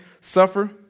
suffer